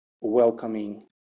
welcoming